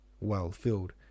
well-filled